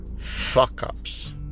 fuck-ups